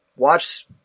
Watch